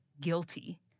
guilty